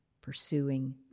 pursuing